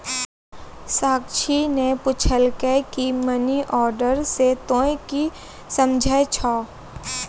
साक्षी ने पुछलकै की मनी ऑर्डर से तोंए की समझै छौ